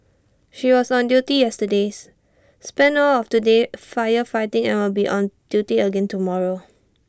she was on duty yesterday's spent all of today firefighting and will be on duty again tomorrow